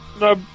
No